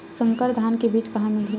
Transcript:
संकर धान के बीज कहां मिलही?